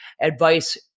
advice